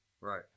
Right